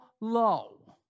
low